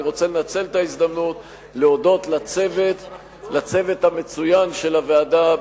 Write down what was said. אני רוצה לנצל את ההזדמנות להודות לצוות המצוין של הוועדה,